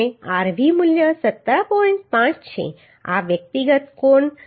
5 છે આ વ્યક્તિગત કોણ વિભાગની મિલકત છે